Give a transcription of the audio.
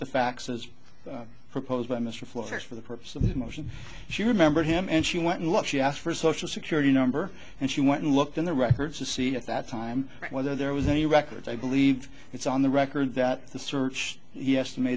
as proposed by mr fluffers for the purpose of the motion she remembered him and she went and looked she asked for social security number and she went and looked in the records to see at that time whether there was any record i believe it's on the record that the search yes